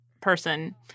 person